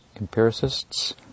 empiricists